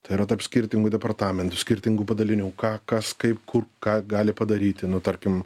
tai yra tarp skirtingų departamentų skirtingų padalinių ką kas kaip kur ką gali padaryti nu tarkim